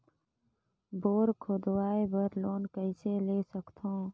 Bore खोदवाय बर loan कइसे ले सकथव?